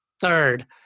third